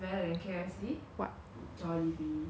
I won't want to say anything about it